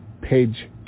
page